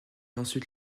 ensuite